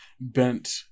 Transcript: bent